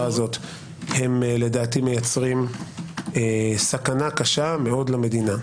זה הם לדעתי מייצרים סכנה קשה מאוד למדינה.